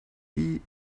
die